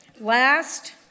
Last